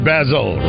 Basil